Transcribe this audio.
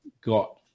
got